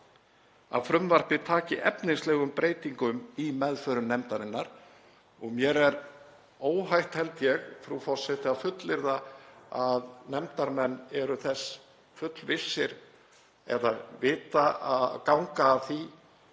að frumvarpið taki efnislegum breytingum í meðförum nefndarinnar og mér er óhætt, held ég, frú forseti, að fullyrða að nefndarmenn eru þess fullvissir eða ganga að því